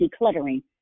decluttering